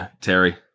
Terry